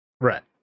Right